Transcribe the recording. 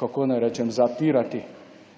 kako naj rečem, zapirati